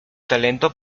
talento